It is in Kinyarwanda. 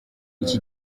iki